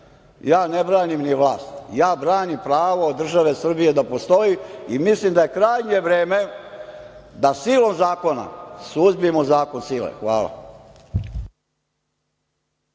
ja ne branim ni vlast, ja branim pravo države Srbije da postoji i mislim da je krajnje vreme da silom zakona suzbijemo zakon sile. Hvala.